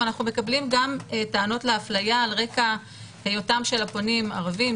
אבל אנחנו מקבלים גם טענות להפליה על רקע היותם של הפונים ערבים,